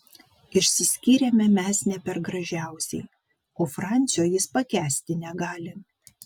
išsiskyrėme mes ne per gražiausiai o francio jis pakęsti negali